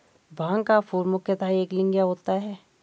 भांग का फूल मुख्यतः एकलिंगीय होता है